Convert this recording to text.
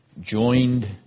joined